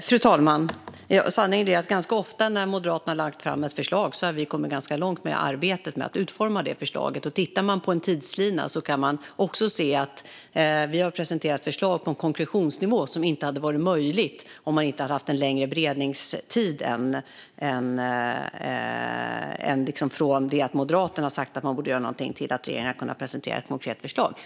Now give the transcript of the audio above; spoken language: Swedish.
Fru talman! Sanningen är: Ganska ofta när Moderaterna har lagt fram ett förslag har vi kommit ganska långt i arbetet med att utforma det förslaget. Tittar man på en tidslina kan man också se att vi har presenterat förslag på en konkretionsnivå som inte hade varit möjlig om vi inte hade haft en längre beredningstid än tiden från det att Moderaterna sagt att man borde göra någonting till att regeringen presenterar ett konkret förslag.